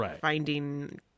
finding